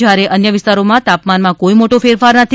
જ્યારે અન્ય વિસ્તારોમાં તાપમાનમાં કોઇ મોટો ફેરફાર નથી